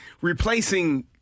replacing